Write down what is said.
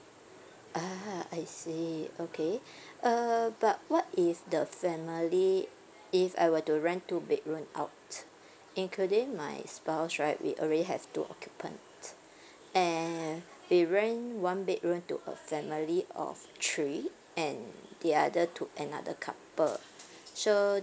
ah I see okay uh but what if the family if I were to rent two bedroom out including my spouse right we already have two occupant and we rent one bedroom to a family of three and the other to another couple so